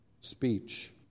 speech